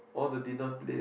all the dinner place